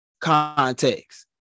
context